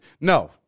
No